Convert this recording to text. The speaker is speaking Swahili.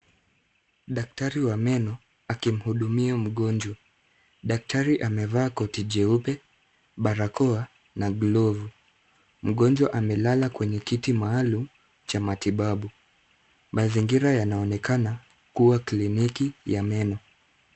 Dktari wa meno akimhudumia mgonjwa. Daktari amevaa koti jeupe, barakoa na glovu. Mgonjwa amelala kwenye kiti maalum cha matibabu. Mazingira yanaonekana kuwa kliniki ya meno.